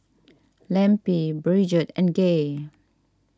Lempi Bridgett and Gay